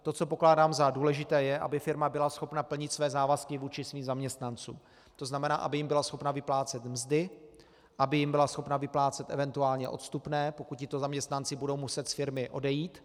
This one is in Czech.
To, co pokládám za důležité, je, aby firma byla schopna plnit své závazky vůči svým zaměstnancům, tzn. aby jim byla schopna vyplácet mzdy, aby jim byla schopna vyplácet eventuálně odstupné, pokud tito zaměstnanci budou muset z firmy odejít.